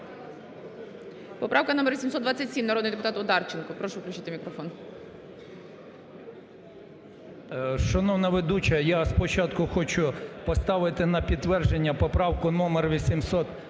Поправка номер 827, народний депутат Одарченко. Прошу включити мікрофон. 13:09:30 ОДАРЧЕНКО Ю.В. Шановна ведуча, я спочатку хочу поставити на підтвердження поправку номер 826,